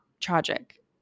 tragic